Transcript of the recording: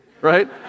right